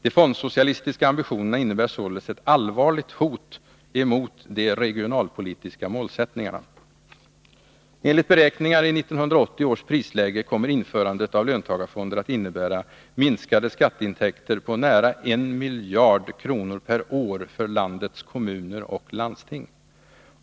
De fondsocialistiska ambitionerna innebär således ett allvarligt hot mot de regionalpolitiska målsättningarna. Enligt beräkningar i 1980 års prisläge kommer införandet av löntagarfonder att innebära minskade skatteintäkter på nära en miljard kronor per år för landets kommuner och landsting.